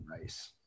rice